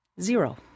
zero